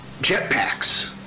Jetpacks